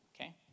okay